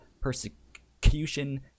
persecution